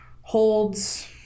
holds